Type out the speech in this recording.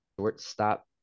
shortstop